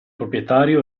proprietario